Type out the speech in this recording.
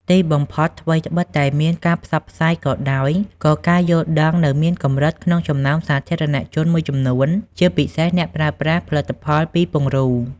ទីបំផុត ថ្វីត្បិតតែមានការផ្សព្វផ្សាយក៏ដោយក៏ការយល់ដឹងនៅមានកម្រិតក្នុងចំណោមសាធារណជនមួយចំនួនជាពិសេសអ្នកប្រើប្រាស់ផលិតផលពីពង្រូល។